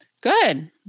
Good